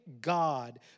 God